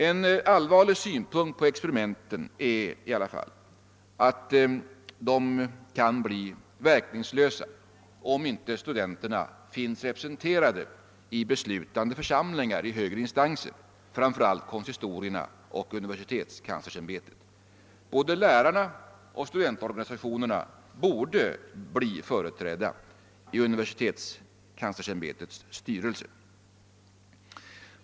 En allvarlig synpunkt på experimenten är emellertid att de kan bli verkningslösa, om inte studenterna finns representerade i beslutande församlingar och i högre instanser, framför allt konsistorierna och universitetskanslersämbetet. Både lärarna och studentorganisationerna borde bli företrädda i umniversitetskanslersämbetets styrelse.